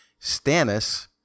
Stannis